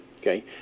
Okay